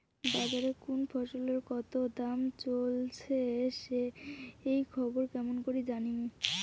বাজারে কুন ফসলের কতো দাম চলেসে সেই খবর কেমন করি জানীমু?